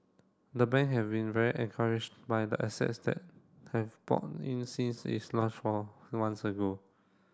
the bank have been very encouraged by the assets that have poured in since its launch four months ago